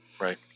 Right